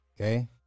Okay